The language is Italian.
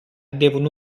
devono